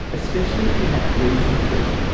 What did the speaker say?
especially if you had reason to.